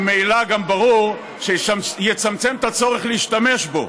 ממילא ברור שיצמצם גם את הצורך להשתמש בו.